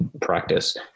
practice